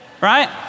right